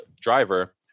driver